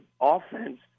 offense